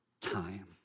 time